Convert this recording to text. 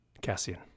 Cassian